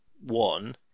one